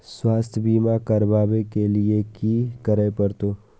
स्वास्थ्य बीमा करबाब के लीये की करै परतै?